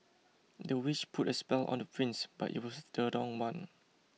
the witch put a spell on the prince but it was the wrong one